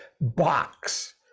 box